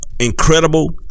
Incredible